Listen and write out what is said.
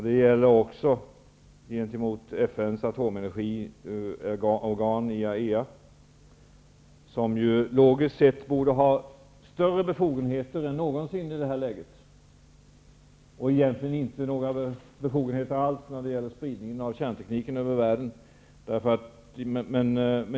Det gäller också gentemot FN:s atomenergiorgan IAEA, som i det här läget logiskt sett borde ha större befogenheter än någonsin -- och egentligen inte några befogenheter alls när det gäller spridningen av kärntekniken över världen.